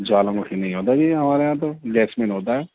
جوالا مکھی نہیں ہوتا ہے جی ہمارے یہاں تو لیکسمین ہوتا ہے